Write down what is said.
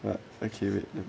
but ok wait